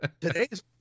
today's